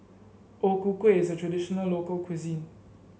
O Ku Kueh is a traditional local cuisine